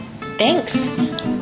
Thanks